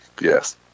Yes